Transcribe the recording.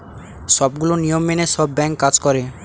সবগুলো নিয়ম মেনে সব ব্যাঙ্ক কাজ করে